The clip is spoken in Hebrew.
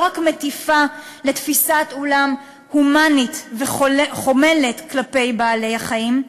רק מטיפה לתפיסת עולם הומנית וחומלת כלפי בעלי-החיים,